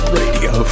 radio